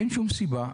אין שום סיבה.